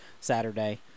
Saturday